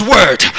Word